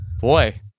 Boy